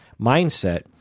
mindset